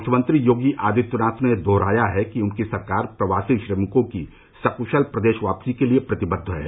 मुख्यमंत्री योगी आदित्यनाथ ने दुहराया है कि उनकी सरकार प्रवासी श्रमिकों की सकुशल प्रदेश वापसी के लिए प्रतिबद्ध है